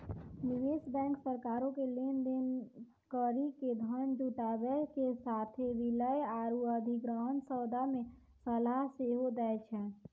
निवेश बैंक सरकारो के लेन देन करि के धन जुटाबै के साथे विलय आरु अधिग्रहण सौदा मे सलाह सेहो दै छै